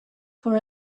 for